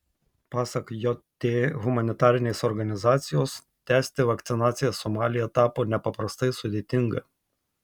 pasak jt humanitarinės organizacijos tęsti vakcinaciją somalyje tapo nepaprastai sudėtinga